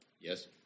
Yes